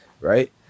right